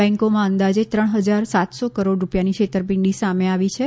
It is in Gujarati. બેંકોમાં અંદાજે ત્રણ હજાર સાતસો કરોડ રૂપિયાની છેતરપિંડી સામે આવી છે